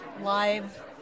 live